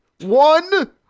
One